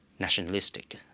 nationalistic